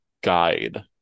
guide